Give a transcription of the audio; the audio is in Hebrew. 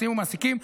מסיעים ומעסיקים,